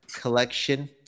collection